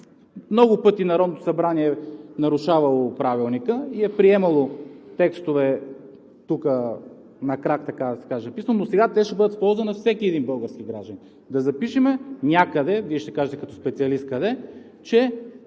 много пъти Народното събрание е нарушавало Правилника и е приемало текстове, писани на крак, но сега те ще бъдат в полза на всеки един български гражданин. Да запишем някъде, Вие ще кажете като специалист къде, че